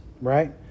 right